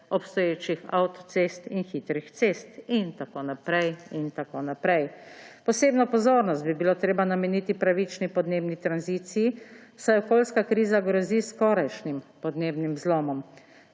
obstoječih avtocest in hitrih cest in tako naprej in tako naprej. Posebno pozornost bi bilo treba nameniti pravični podnebni tranziciji, saj okoljska kriza grozi s skorajšnjim podnebnim zlomom.